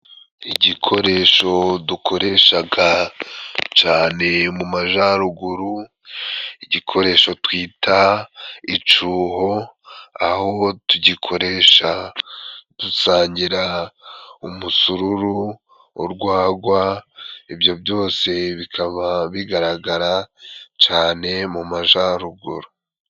Igikoresho dukoreshaga cane mu majaruguru igikoresho twita icoho aho tugikoresha dusangira umusururu, urwagwa ibyo byose bikaba bigaragara cane mu majaruguru.